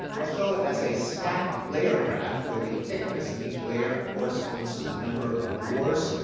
i'll show it as a stacked layer graph where the thickness of each layer corresponds to the number of wars.